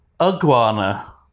iguana